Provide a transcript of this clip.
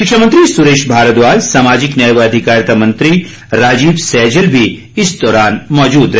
शिक्षा मंत्री सुरेश भारद्वाज सामाजिक न्याय व अधिकारिता मंत्री राजीव सैजल भी इस दौरान मौजूद रहे